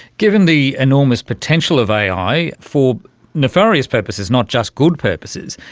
given the enormous potential of ai for nefarious purposes, not just good purposes,